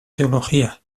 teología